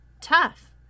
Tough